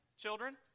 Children